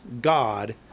God